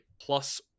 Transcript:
plus